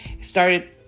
started